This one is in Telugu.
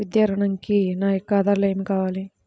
విద్యా ఋణంకి నా యొక్క ఆధారాలు ఏమి కావాలి?